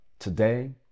Today